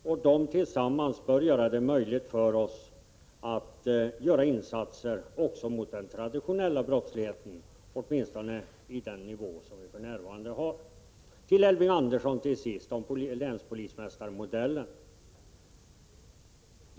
Dessa saker tillsammans bör göra det möjligt för oss att göra insatser också mot den traditionella brottsligheten — åtminstone på den nivå som för närvarande sker. Till sist några ord till Elving Andersson om länspolismästarmodellen.